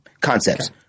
Concepts